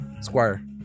Squire